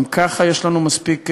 גם ככה יש לנו מספיק צרות.